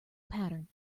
pattern